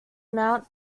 mount